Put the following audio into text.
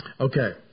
Okay